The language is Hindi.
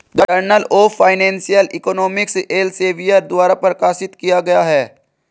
journal of financial economics Elsevier द्वारा प्रकाशित किया गया हैं